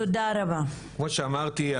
כמו שאמרתי,